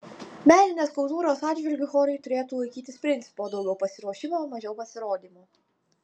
meninės kultūros atžvilgiu chorai turėtų laikytis principo daugiau pasiruošimo mažiau pasirodymų